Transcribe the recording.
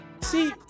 See